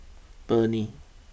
Burnie